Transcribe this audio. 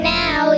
now